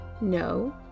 no